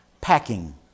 Packing